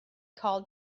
called